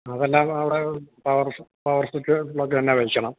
ആ അതല്ലാതെ അവിടെ പവർ പവർ സ്വിച്ച് പ്ലഗ് തന്നെ വയ്ക്കണം